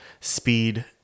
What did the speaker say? speed